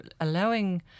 allowing